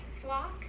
flock